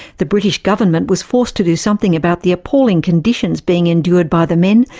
the british government was forced to do something about the appalling conditions being endured by the men,